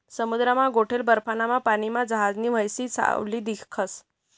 समुद्रमा गोठेल बर्फमाना पानीमा जहाजनी व्हावयी सावली दिखस